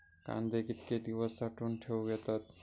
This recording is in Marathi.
कांदे कितके दिवस साठऊन ठेवक येतत?